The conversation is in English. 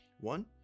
one